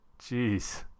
jeez